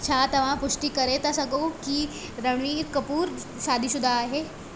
छा तव्हां पुष्टि करे था सघो की रणवीर कपूर शादीशुदा आहे